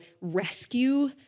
rescue